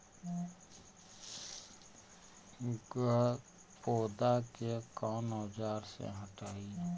गत्पोदा के कौन औजार से हटायी?